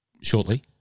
shortly